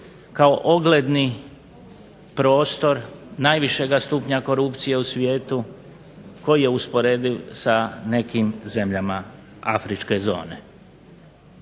kao ogledni prostor najvišega stupnja korupcije u svijetu koji je usporediv sa nekim zemljama afričke zone.